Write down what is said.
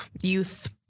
youth